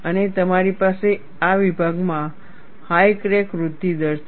અને તમારી પાસે આ વિભાગમાં હાઈ ક્રેક વૃદ્ધિ દર છે